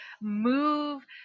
move